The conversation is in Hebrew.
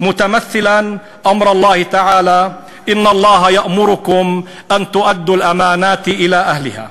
והנה אני חוזר בזאת על ההבטחה הזאת.